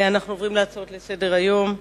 אנחנו עוברים להצעות לסדר-היום: